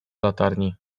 latarni